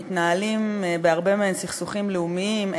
מתנהלים סכסוכים לאומיים,